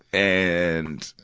and,